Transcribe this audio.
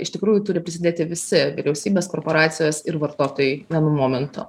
iš tikrųjų turi prisidėti visi vyriausybės korporacijos ir vartotojai vienu momentu